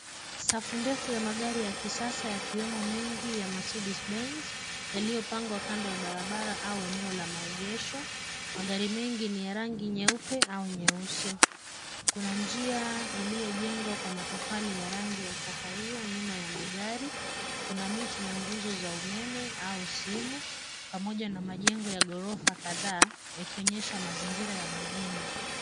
Safu ndefu ya magari ya kisasa yakiwemo mengi ya Mercedes Benz yaliyopangwa kando ya barabara au eneo la maegesho. Magari mengi ni ya rangi nyeupe au nyeusi. Kuna njia iliyojengwa kwa matofali ya rangi ya kahawia nyuma ya magari . Kuna miti na nguzo za umeme au simu pamoja na majengo ya ghorofa kadhaa yakionyesha mazingira ya mijini.